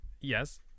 Yes